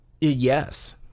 Yes